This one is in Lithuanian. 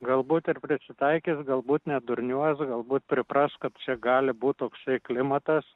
galbūt ir prisitaikys galbūt nedurniuos galbūt pripras kad čia gali būt toksai klimatas